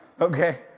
okay